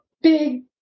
big